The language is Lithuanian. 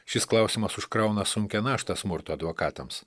šis klausimas užkrauna sunkią naštą smurto advokatams